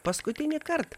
paskutinį kartą